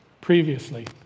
previously